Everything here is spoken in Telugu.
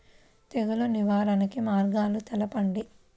తెగులు నివారణ మార్గాలు తెలపండి?